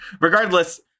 regardless